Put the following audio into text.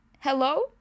Hello